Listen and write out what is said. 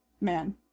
man